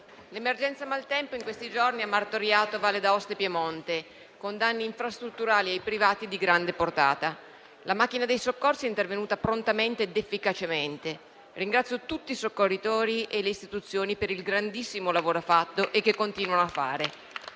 l'emergenza maltempo in questi giorni ha martoriato Valle d'Aosta e Piemonte, con danni infrastrutturali ai privati di grande portata. La macchina dei soccorsi è intervenuta prontamente ed efficacemente. Ringrazio tutti i soccorritori e le istituzioni per il grandissimo lavoro fatto e che continuano a